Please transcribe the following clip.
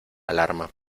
alarma